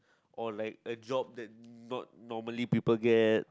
or like a job that not normally people get